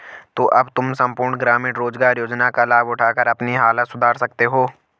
तो अब तुम सम्पूर्ण ग्रामीण रोज़गार योजना का लाभ उठाकर अपनी हालत सुधार सकते हो